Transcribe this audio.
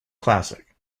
classic